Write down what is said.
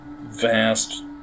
vast